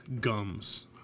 gums